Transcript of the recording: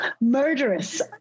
Murderous